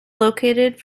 located